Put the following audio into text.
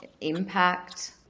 impact